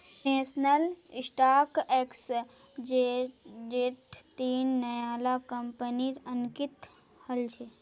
national stock एक्सचेंजट तीन नया ला कंपनि अंकित हल छ